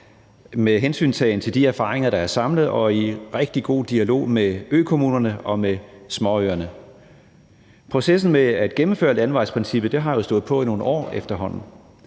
med hensyntagen til de erfaringer, der er samlet, og i en rigtig god dialog med økommunerne og med småøerne. Processen med at gennemføre landevejsprincippet har jo stået på i nogle år efterhånden,